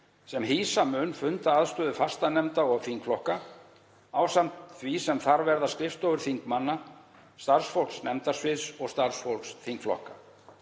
sem hýsa mun fundaraðstöðu fastanefnda og þingflokka ásamt því sem þar verða skrifstofur þingmanna, starfsfólks nefndasviðs og starfsfólks þingflokka.